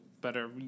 Better